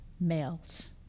males